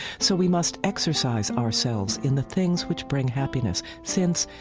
so we must exercise ourselves in the things which bring happiness since,